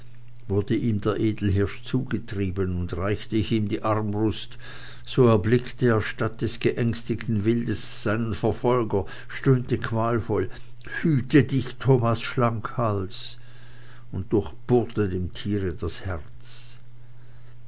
wurde ihm der edelhirsch zugetrieben und reichte ich ihm die armbrust so erblickte er statt des geängstigten wildes seinen verfolger stöhnte qualvoll hüte dich thomas schlankhals und durchbohrte dem tiere das herz